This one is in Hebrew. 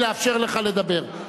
לאפשר לך לדבר.